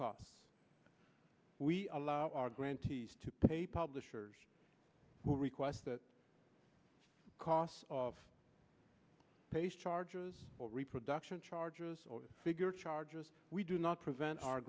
costs we allow our grantees to pay publishers who request that cost of page charges or reproduction charges or figure charges we do not prevent our